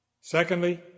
Secondly